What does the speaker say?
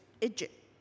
Egypt